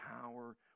power